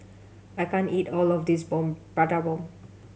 I can't eat all of this bomb Prata Bomb